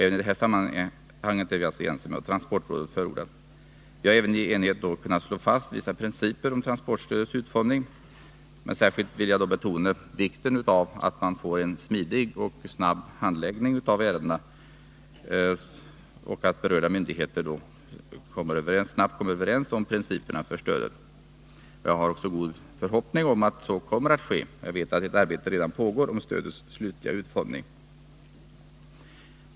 Även det överensstämmer med vad transportrådet har förordat. Vi har även i enighet kunnat slå fast vissa principer om transportstödets utformning. Särskilt vill jag betona vikten av att man får en smidig och snabb handläggning av ärendena och att berörda myndigheter snabbt kommer överens om principerna för stödet. Jag har också god förhoppning om att så kommer att ske. Jag vet att arbete redan pågår om stödets slutliga utformning.